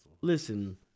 Listen